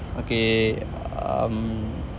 okay um